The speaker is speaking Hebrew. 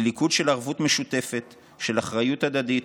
לליכוד של ערבות משותפת, של אחריות הדדית,